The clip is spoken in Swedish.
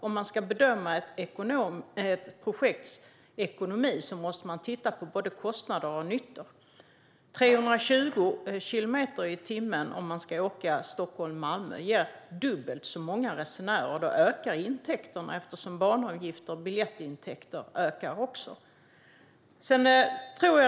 Om man ska bedöma ett projekts ekonomi måste man titta på både kostnader och nytta. Om man ska åka Stockholm-Malmö ger hastigheten 320 kilometer i timmen dubbelt så många resenärer. Då ökar intäkterna eftersom banavgifter och biljettintäkter också ökar.